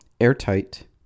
airtight